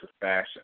fashion